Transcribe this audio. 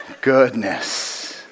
goodness